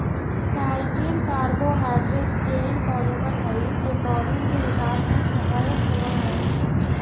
chitin carbohydrate chain polymer हई जे पौधन के विकास में सहायक होवऽ हई